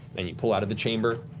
then you pull out of the chamber.